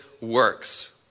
works